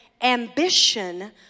ambition